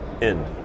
end